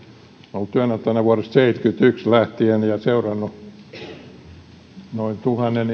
olen ollut työnantajana vuodesta seitsemänkymmentäyksi lähtien ja ja seurannut suurimmillaan noin tuhannen